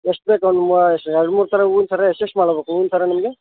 ಎಷ್ಟು ಬೇಕು ಒಂದು ಹೂವಾ ಎಷ್ಟು ಎರಡು ಮೂರು ಥರ ಹೂವಿನ ಸರ ಎಷ್ಟು ಎಷ್ಟು ಮಾಲೆ ಬೇಕು ಹೂವಿನ ಸರ ನಿಮಗೆ